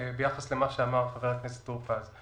ביחס למה שאמר חבר הכנסת טור פז.